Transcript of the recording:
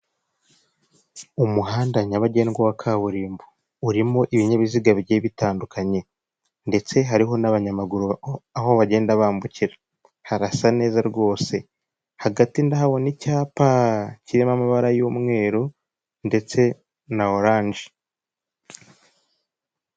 Umuhanda nyabagendwa wa kaburimbo urimo ibinyabiziga bigiye bitandukanye ndetse hariho n'abanyamaguru aho bagenda bambukira. Parasa neza rwose hagati ndahabona icyapa kirimo amabara y'umweru ndetse na orange.